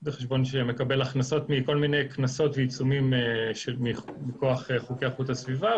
זה חשבון שמקבל הכנסות מכל מיני קנסות ועיצומים מכוח חוקי איכות הסביבה,